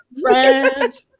Friends